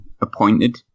appointed